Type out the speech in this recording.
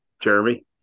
Jeremy